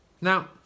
Now